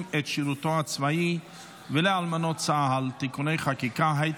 את שירותו הצבאי ולאלמנות צה"ל (תיקוני חקיקה),